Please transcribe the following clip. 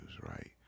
right